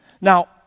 now